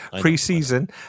Pre-season